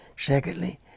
Secondly